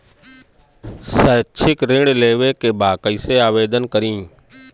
शैक्षिक ऋण लेवे के बा कईसे आवेदन करी?